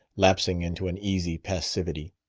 lapsing into an easy passivity.